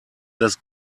das